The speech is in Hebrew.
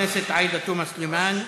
הכנסת עאידה תומא סלימאן.